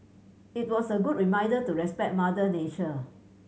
it was a good reminder to respect mother nature